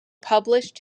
published